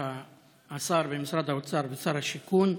השר במשרד האוצר ושר השיכון,